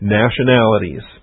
nationalities